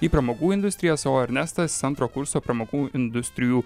į pramogų industrijas o ernestas antro kurso pramogų industrijų